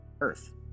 Earth